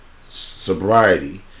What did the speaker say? sobriety